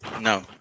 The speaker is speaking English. No